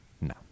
No